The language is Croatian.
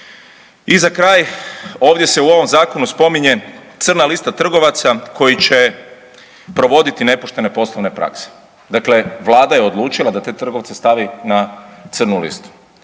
I za kraj ovdje se u ovom zakonu spominje crna lista trgovaca koji će provoditi nepoštene poslovne prakse. Dakle, Vlada je odlučila da te trgovce stavi na crnu listu,